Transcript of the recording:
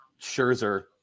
Scherzer